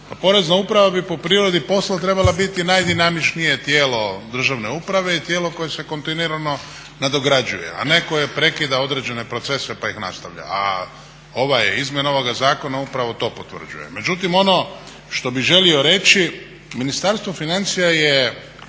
Porezna uprava bi po prirodi posla treba biti najdinamičnije tijelo državne uprave i tijelo koje se kontinuirano nadograđuje, a ne koje prekida određene procese pa ih nastavlja. A izmjena ovog zakona upravo to potvrđuje. Međutim ono što bih želio reći, Ministarstvo financija je